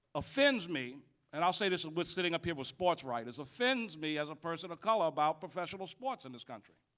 offends me and i'll say this sitting up here with sports writers offends me as a person of color about professional sports in this country